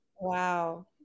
Wow